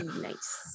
nice